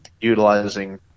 utilizing